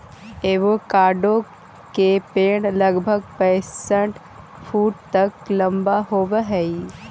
avocado के पेड़ लगभग पैंसठ फुट तक लंबा होब हई